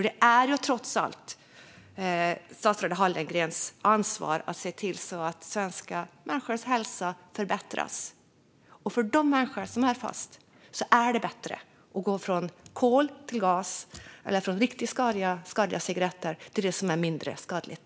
Det är trots allt statsrådet Hallengrens ansvar att se till att svenskarnas hälsa förbättras. För de människor som är fast är det bättre att gå från kol till gas - eller från riktigt skadliga cigaretter till det som är mindre skadligt.